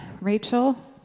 Rachel